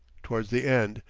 towards the end,